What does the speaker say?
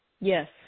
Yes